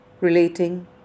relating